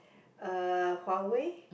uh Huawei